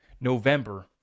November